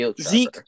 Zeke